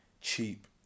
cheap